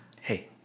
Hey